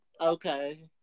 okay